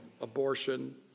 abortion